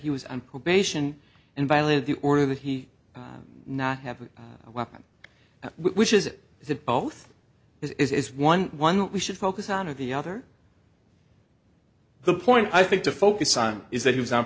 he was on probation and violated the order that he not have a weapon which is it is it both is one one we should focus on of the other the point i think to focus on is that he was on